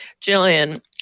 Jillian